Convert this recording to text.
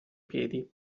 piedi